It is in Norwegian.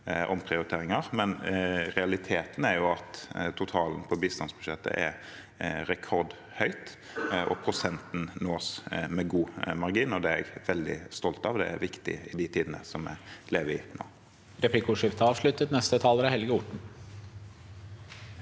men realiteten er at totalen på bistandsbudsjettet er rekordhøy og prosenten nås med god margin. Det er jeg veldig stolt av. Det er viktig i tiden vi lever i.